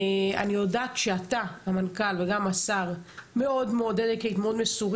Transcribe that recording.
אני יודעת שהמנכ"ל וגם השר מאוד מסורים